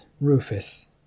Rufus